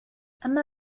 أما